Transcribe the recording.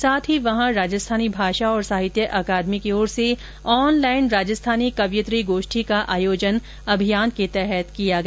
साथ ही वहां राजस्थानी भाषा और साहित्य अकादमी की ओर से ऑन लाईन राजस्थानी कवियित्री गोष्ठी का आयोजन इस अभियान के तहत किया गया